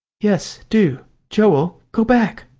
yes, do joel, go back!